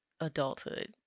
adulthood